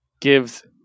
gives